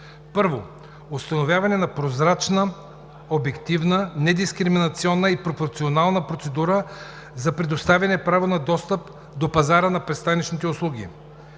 установяване на прозрачна, обективна, не дискриминационна и пропорционална процедура за предоставяне право на достъп до пазара на пристанищните услуги.